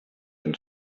then